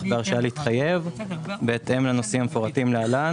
בהרשאה להתחייב בהתאם לנושאים המפורטים להלן.